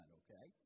okay